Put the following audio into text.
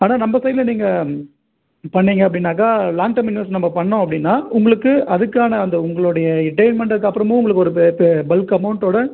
ஆனால் நம்ப சைட்டில நீங்கள் பண்ணீங்க அப்படின்னாக்கா லாங் டேர்ம் இன்வெஸ்ட் நம்ப பண்ணோம் அப்படின்னா உங்களுக்கு அதுக்கான அந்த உங்களுடைய ரிடைர்மெண்ட்டுக்கு அப்புறமும் உங்களுக்கு ஒரு பல்க் அமௌண்ட்டோட